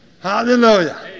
Hallelujah